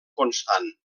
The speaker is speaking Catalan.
constant